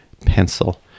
pencil